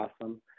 awesome